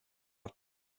have